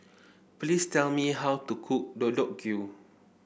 please tell me how to cook Deodeok Gui